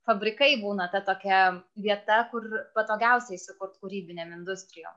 fabrikai būna ta tokia vieta kur patogiausia įsikurt kūrybinėm industrijom